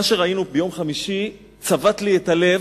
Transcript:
מה שראינו ביום חמישי צבט לי את הלב,